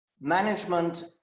management